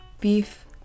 beef